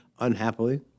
unhappily